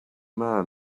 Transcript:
man